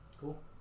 Cool